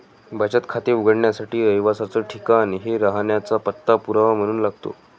बचत खाते उघडण्यासाठी रहिवासाच ठिकाण हे राहण्याचा पत्ता पुरावा म्हणून लागतो